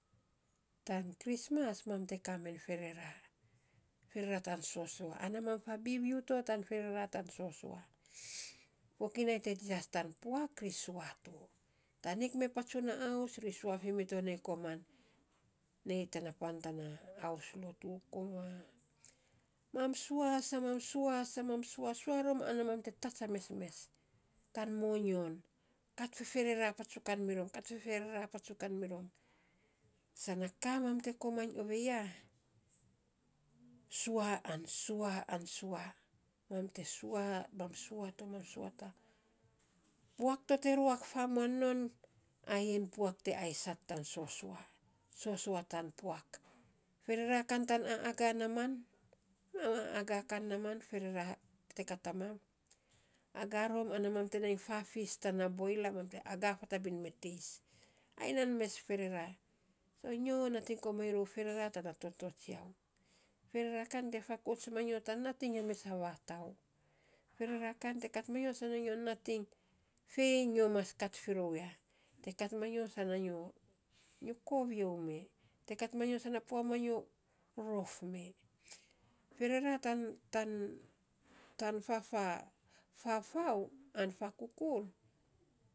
Tan krismas mam te kamen ferera, ferera tan sosua, ana mam fabibiu to tan ferera tan sosua. fokinai te jias tan puak ri sua to. Tanik mee patsunaaus ri sua fimito nei koman. Nei tana pan tana haus lotu (unintelligeble) koman mam sua, sa mam, sua sa mam sua sua rom ana mam te tats a mesmes tan moyon, kat feferera paysukan mirom kat feferera patsukan mirom. Sa na ka, mam te komainy ovei ya. Sua, an sua, an sua, mam te sua mam sua to, mam te sua to. Puak to te ruak famuan non, ayein puak te aisait tan sosua. Sosua, tan puak. ferera kan tan, a a gaa naaman mam aaaga kan naaman, ferera te kat a mam, agaa rom ana mam te nai fafis tana boila, mam te agaa fatabin me teis. Ai nan mes ferera. So nyo nating komainy rou ferera tana toto tsiau. Ferera kan te fakauts manyo, tan nating a mes a vatau. Ferera kan te kat manyo sa nyo nating fei nyo mas kat fi rou ya, te kat manyo sa nyo kovio mee, te kat manyo sa na pua manyo rof mee. Ferera, tan tantan fafau an fakokur.